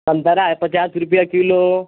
संतरा है पचास रुपये किलो